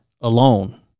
alone